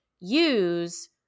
use